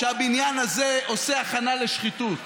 לציבור.